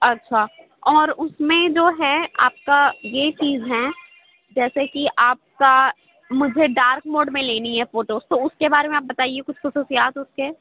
اچھا اور اُس میں جو ہے آپ كا یہ چیز ہیں جیسے کہ آپ کا مجھے ڈارک موڈ میں لینی ہے فوٹوز تو اُس كے بارے میں آپ بتائیے كچھ خصوصیات اُس كے